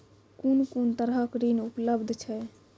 कून कून तरहक ऋण उपलब्ध छै?